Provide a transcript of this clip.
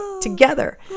together